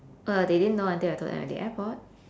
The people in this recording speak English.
uh they didn't know until I told them at the airport